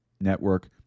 network